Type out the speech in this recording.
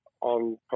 on